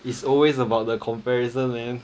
it's always about the comparison man